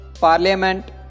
Parliament